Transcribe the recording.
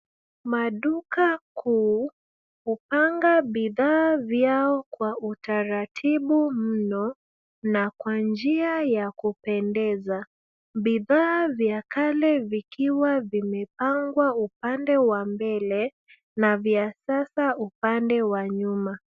Maduka kuu hupanga bidhaa vyao kwa utaratibu mno na kwa njia ya kupendeza. Bidhaa vya kale vikiwa vimepangwa upande wa mbele na vya sasa upande wa nyuma.